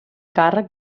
càrrec